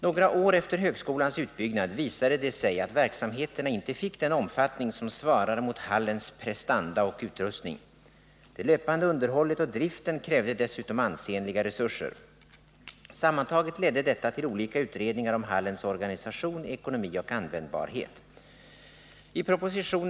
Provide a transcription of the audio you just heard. Några år efter högskolans utbyggnad visade det sig att verksamheterna inte fick den omfattning som svarade mot hallens prestanda och utrustning. Det löpande underhållet och driften krävde dessutom ansenliga resurser. Sammantaget ledde detta till olika utredningar om hallens organisation, ekonomi och användbarhet.